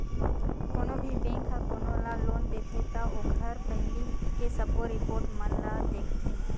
कोनो भी बेंक ह कोनो ल लोन देथे त ओखर पहिली के सबो रिपोट मन ल देखथे